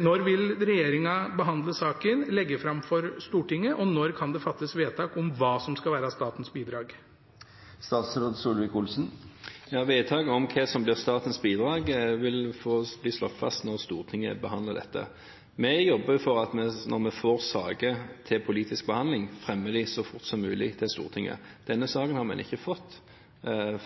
når vil regjeringen behandle saken og legge den fram for Stortinget, og når kan det fattes vedtak om hva som skal være statens bidrag? Vedtak om hva som blir statens bidrag, vil bli slått fast når Stortinget behandler dette. Vi jobber for at når vi får saker til politisk behandling, fremmer vi dem så fort som mulig for Stortinget. Denne saken har man ikke fått